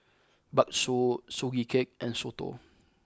Bakso Sugee Cake and Soto